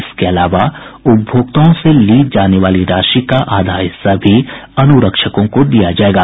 इसके अलावा उपभोक्ताओं से ली जाने वाली राशि का आधा हिस्सा भी अनुरक्षकों को दिया जायेगा